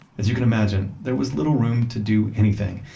as you can imagine, there was little room to do anything,